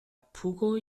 pugo